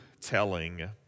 telling